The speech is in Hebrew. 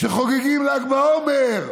שחוגגים ל"ג בעומר,